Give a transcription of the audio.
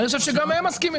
אני חושב שגם הם מסכימים.